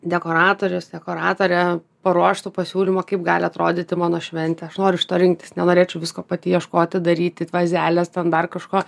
dekoratorius dekoratorė paruoštų pasiūlymų kaip gali atrodyti mano šventė aš noriu iš to rinktis nenorėčiau visko pati ieškoti daryti vazelės tem dar kažko